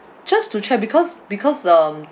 just to check because because um